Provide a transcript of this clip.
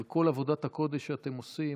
על כל עבודת הקודש שאתם עושים,